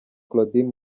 claudine